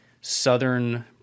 southern